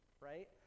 right